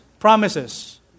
Promises